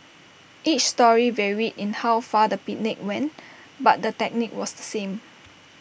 each story varied in how far the picnic went but the technique was the same